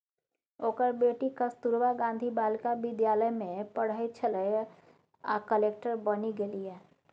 ओकर बेटी कस्तूरबा गांधी बालिका विद्यालय मे पढ़ैत छलीह आ कलेक्टर बनि गेलीह